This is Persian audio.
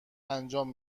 انجام